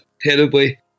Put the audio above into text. terribly